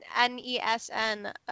N-E-S-N